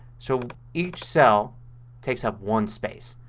so each cell takes up one space.